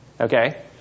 okay